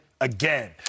Again